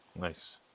Nice